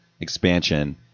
expansion